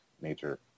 nature